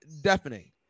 deafening